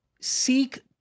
seek